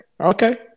Okay